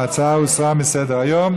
ההצעה הוסרה מסדר-היום.